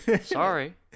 Sorry